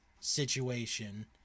situation